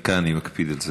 דקה, אני מקפיד על זה.